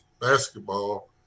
basketball